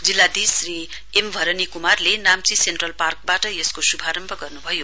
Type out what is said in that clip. जिल्लाधीश श्री एमभरनी क्मारले नाम्ची सेन्ट्रल पार्कबाट यसको श्भारम्भ गर्न्भयो